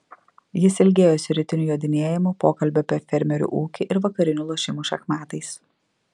jis ilgėjosi rytinių jodinėjimų pokalbių apie fermerių ūkį ir vakarinių lošimų šachmatais